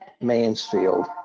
Mansfield